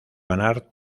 ganar